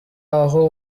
aho